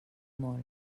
molt